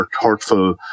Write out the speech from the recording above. hurtful